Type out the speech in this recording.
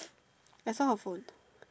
I saw her phone